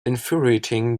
infuriating